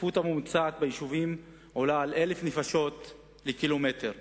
הצפיפות הממוצעת ביישובים גדולה מ-1,000 נפש לקילומטר רבוע,